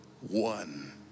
one